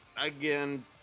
Again